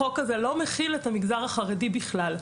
החוק הזה לא חל על המגזר החרדי בכלל.